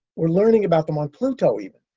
we're learning about them on pluto even,